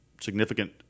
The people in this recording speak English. significant